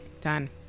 Done